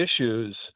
issues